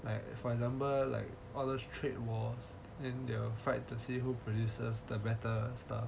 like for example like all those trade wars then they will fight the civil polices to see who is better and stuff